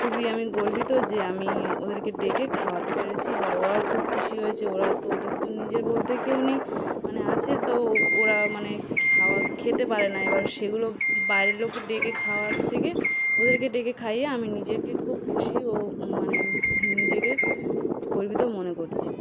খুবই আমি গর্বিত যে আমি ওদেরকে ডেকে খাওয়াতে পেরেছি বা ওরাও খুব খুশি হয়েছে ওরা তো ওদের তো নিজের বলতে কেউ নেই মানে আছে তো ওরা মানে খাওয়া খেতে পারে না এবার সেইগুলো বাইরের লোককে ডেকে খাওয়ার থেকে ওদেরকে ডেকে খাইয়ে আমি নিজেকে খুব খুশি ও মানে নিজেকে খুব গর্বিত মনে করছি